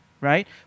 right